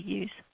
use